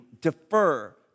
defer